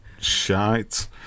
shite